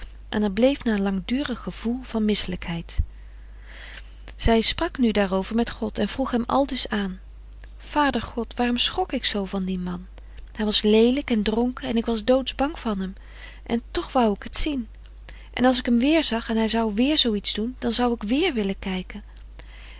en er bleef na een langdurig gevoel van misselijkheid zij sprak nu daarover met god en vroeg hem aldus aan vader god waarom schrok ik zoo van dien man hij was leelijk en dronken en ik was doodsbang van hem en toch wou ik t zien en als ik hem weer zag en hij zou weer zooiets doen dan zou ik weer willen kijken